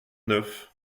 neuf